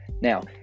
Now